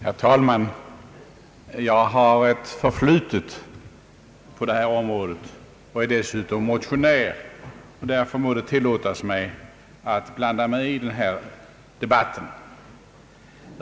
Herr talman! Jag har ett förflutet på detta område och är dessutom motionär. Därför må det tillåtas mig att blanda mig i denna debatt.